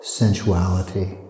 sensuality